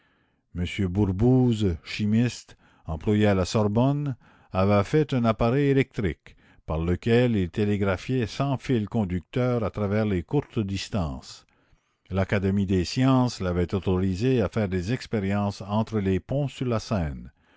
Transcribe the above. bourbouze chimiste employé à la sorbonne avait fait un appareil électrique par lequel il télégraphiait sans fils conducteurs à travers les courtes distances l'académie des sciences l'avait autorisé à faire des expériences entre les ponts sur la seine